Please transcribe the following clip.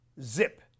Zip